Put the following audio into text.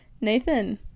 Nathan